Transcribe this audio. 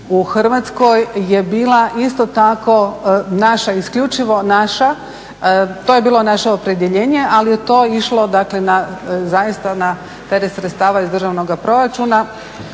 u Hrvatskoj je bila isto tako naša, isključivo naša. To je bilo naše opredjeljenje, ali je to išlo, dakle na zaista na teret sredstava iz državnoga proračuna.